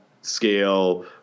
scale